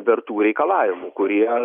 vertų reikalavimų kurie